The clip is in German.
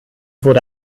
wurde